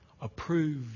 approved